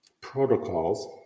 protocols